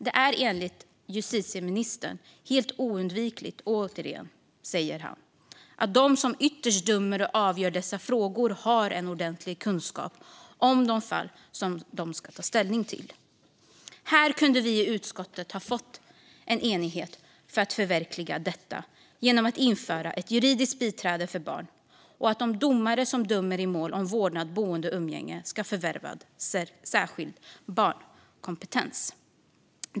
Det är enligt justitieministern helt oundvikligt att de som ytterst dömer och avgör dessa frågor har en ordentlig kunskap om de fall som de ska ta ställning till. Här kunde vi i utskottet ha fått en enighet för att förverkliga detta genom att införa ett juridiskt biträde för barn och genom att de domare som dömer i mål om vårdnad, boende och umgänge ska ha förvärvat särskild barnkompetens.